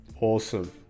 Awesome